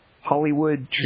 Hollywood